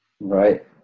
Right